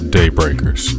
Daybreakers